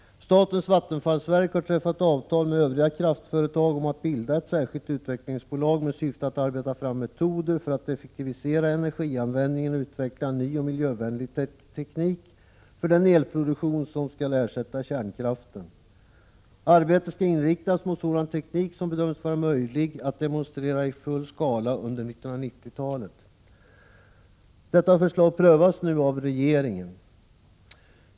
Statens vattenfallsverk har träffat avtal med övriga kraftföretag om att bilda ett särskilt utvecklingsbolag med syfte att arbeta fram metoder för att effektivisera energianvändningen och utveckla ny och miljövänlig teknik för den elproduktion som skall ersätta kärnkraften. Arbetet skall inriktas mot sådan teknik som bedöms vara möjlig att demonstrera i full skala under 1990-talet. Detta prövas nu av regeringen.